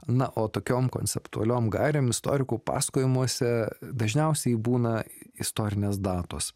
na o tokiom konceptualiom gairėm istorikų pasakojimuose dažniausiai būna istorinės datos